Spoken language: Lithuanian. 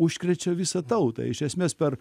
užkrečia visą tautą iš esmės per